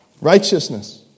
Righteousness